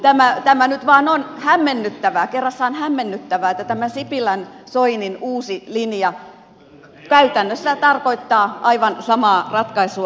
tämä nyt vaan on hämmennyttävää kerrassaan hämmennyttävää että tämä sipilänsoinin uusi linja käytännössä tarkoittaa aivan samaa ratkaisua